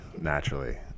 naturally